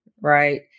Right